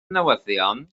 newyddion